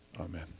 Amen